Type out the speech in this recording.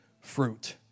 fruit